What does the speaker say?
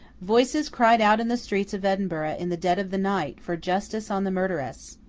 voices cried out in the streets of edinburgh in the dead of the night, for justice on the murderess.